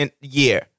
Year